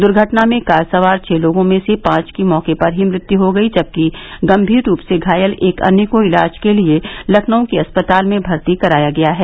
दुर्घटना में कार सवार छः लोगों में से पांच की मौके पर ही मृत्यु हो गयी जबकि एक अन्य घायल को इलाज के लिये लखनऊ के एक अस्पताल में भर्ती कराया गया है